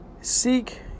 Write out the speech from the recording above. Seek